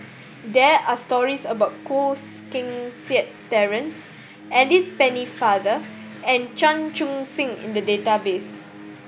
there are stories about Koh Seng Kiat Terence Alice Pennefather and Chan Chun Sing in the database